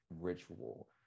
ritual